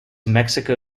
mexico